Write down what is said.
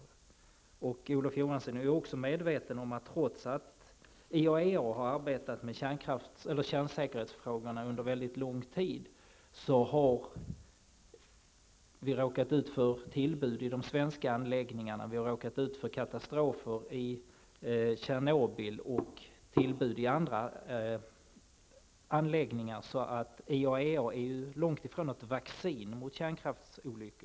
Olof Johansson är också medveten om att trots att IAEA har arbetat med kärnsäkerhetsfrågorna under mycket lång tid, har vi råkat ut för tillbud i de svenska anläggningarna. Vi har haft katastrofen i Tjernobyl och tillbud i andra anläggningar. IAEA är alltså långt ifrån något vaccin mot kärnkraftsolyckor.